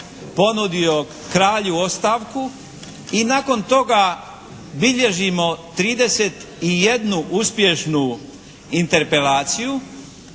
ponudio kralju ostavku i nakon toga bilježimo 31 uspješnu interpelaciju.